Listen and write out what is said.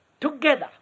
together